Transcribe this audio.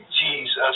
Jesus